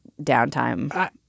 downtime